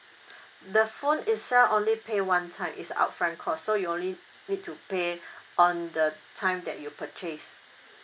the phone itself only pay one time is upfront cost so you only need to pay on the time that you purchase